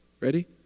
Ready